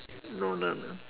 no no no